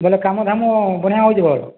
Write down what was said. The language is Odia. ବୋଲେ କାମ ଧାମ ବଢ଼ିଆ ହଉଛେ ବଲ୍